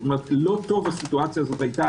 לא טוב הסיטואציה הזו היתה,